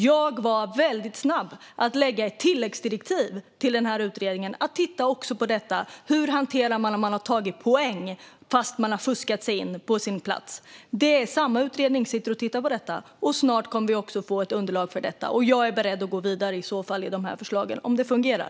Jag var väldigt snabb att lägga ett tilläggsdirektiv till denna utredning att också titta på hur vi hanterar dem som har tagit poäng fast de har fuskat sig in på sin plats. Samma utredning tittar på detta, och snart kommer vi att få ett underlag också för det. Jag är beredd att gå vidare med de förslagen om de fungerar.